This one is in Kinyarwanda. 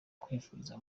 kwivuriza